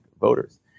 voters